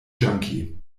junkie